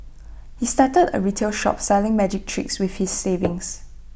he started A retail shop selling magic tricks with his savings